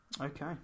Okay